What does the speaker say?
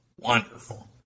Wonderful